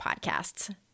podcasts